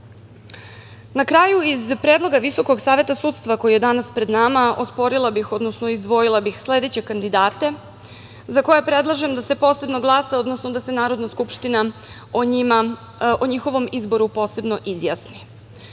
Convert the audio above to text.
kraju, iz predloga Visokog saveta sudstva, koji je danas pred nama, osporila bih, odnosno izdvojila bih sledeće kandidate za koje predlažem da se posebno glasa, odnosno da se Narodna skupština o njihovom izboru posebno izjasni: